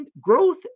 growth